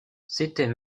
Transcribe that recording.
c’était